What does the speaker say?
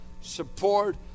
support